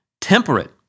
Temperate